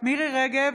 מירי מרים רגב,